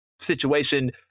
situation